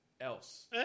else